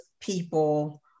people